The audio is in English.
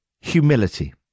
humility